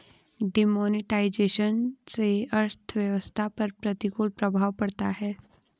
demonetisation से अर्थव्यवस्था पर प्रतिकूल प्रभाव पड़ता है